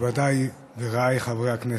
מכובדיי ורעיי חברי הכנסת,